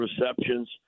receptions